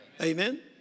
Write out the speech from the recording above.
Amen